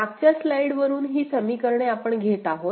मागच्या स्लाईड वरून ही समीकरणे आपण घेत आहोत